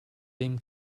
dem